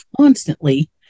constantly